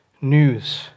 news